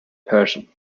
persian